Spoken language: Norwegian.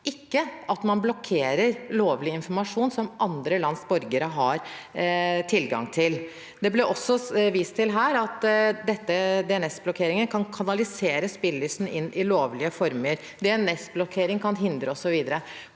man blokkerer lovlig informasjon som andre lands borgere har tilgang til. Det ble også vist til at DNS-blokkeringer kan kanalisere spillelysten inn i lovlige former, at DNS-blokkering kan hindre, osv.